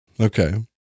Okay